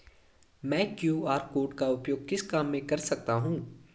मैं QR code का उपयोग किस काम में कर सकता हूं?